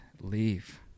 leave